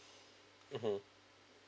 mmhmm